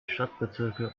stadtbezirke